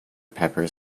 pepper